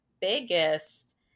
biggest